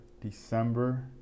December